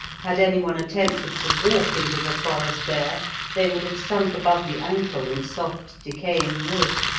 had any one attempted to walk into the forest there they would have sunk above the ankle in soft decaying wood,